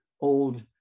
old